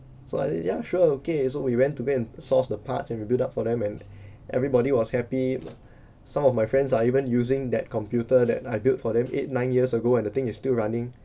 so I ya sure okay so we went to go and source the parts and we build up for them and everybody was happy some of my friends are even using that computer that I built for them eight nine years ago and the thing is still running